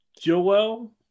Joel